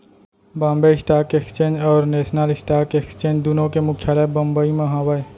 Bombay stock exchange और national stock exchange दुनो के मुख्यालय बंबई म हावय